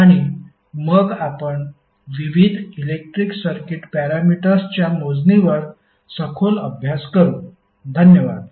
आणि मग आपण विविध इलेक्ट्रिक सर्किट पॅरामीटर्सच्या मोजणीवर सखोल अभ्यास करू धन्यवाद